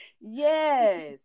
yes